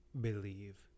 believe